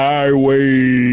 Highway